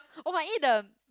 oh I eat the